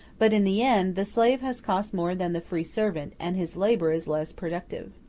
but in the end the slave has cost more than the free servant, and his labor is less productive.